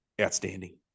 outstanding